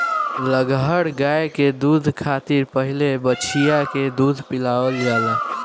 लगहर गाय के दूहे खातिर पहिले बछिया के दूध पियावल जाला